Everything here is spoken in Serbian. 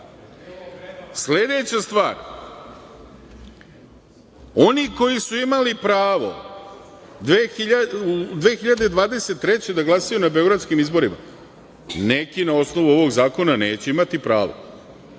pravo. Sledeća stvar, oni koji su imali pravo 2023. godine da glasaju na beogradskim izborima, neki na osnovu ovog zakona neće imati pravo.